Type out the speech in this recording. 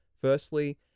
Firstly